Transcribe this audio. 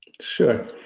Sure